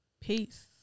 Peace